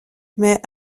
mais